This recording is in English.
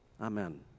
Amen